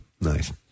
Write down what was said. Nice